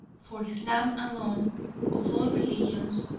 for islam alone of all religions,